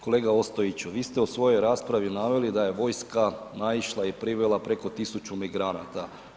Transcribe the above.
Kolega Ostojiću, vi ste u svojoj raspravi naveli da je vojska naišla i privela oko 1000 migranata.